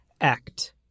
act